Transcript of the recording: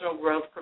growth